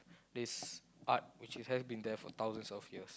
this art which has been there for thousands of years